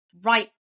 right